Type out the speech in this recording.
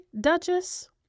duchess